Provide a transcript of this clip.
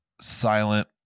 silent